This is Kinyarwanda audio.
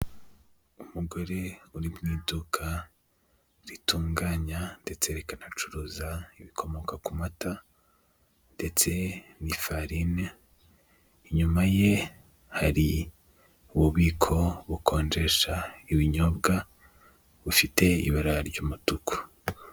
Umugore uri mu iduka ritunganya ndetse rikanacuruza ibikomoka ku mata ndetse n'ifarine, inyuma ye hari ububiko bukonjesha ibinyobwa bufite ibara ry'umutuku.